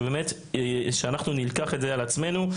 ובאמת שאנחנו ניקח את זה על עצמנו,